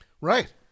Right